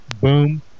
boom